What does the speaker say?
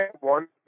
one